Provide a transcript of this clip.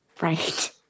Right